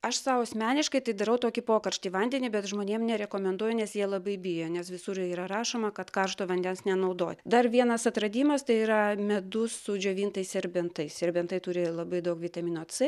aš sau asmeniškai tai darau tokį pokarštį vandenį bet žmonėm nerekomenduoju nes jie labai bijo nes visur yra rašoma kad karšto vandens nenaudot dar vienas atradimas tai yra medus su džiovintais serbentais serbentai turi labai daug vitamino c